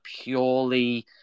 purely